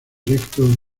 directo